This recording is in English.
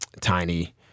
Tiny